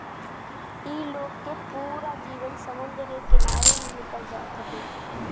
इ लोग के पूरा जीवन समुंदर के किनारे ही निकल जात हवे